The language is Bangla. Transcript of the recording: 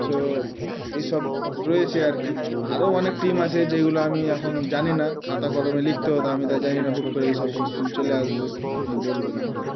সো এই সব রয়েছে আর কি আরও অনেক টিম আছে যেগুলো আমি এখন জানি না খাতা কলমে লিখতে হতো আমি তো আর জানি না হুট করে এইসব কোয়েশ্চেন চলে আসবে আপনি বলবেন আমাকে